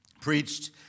preached